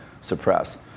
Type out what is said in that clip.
suppress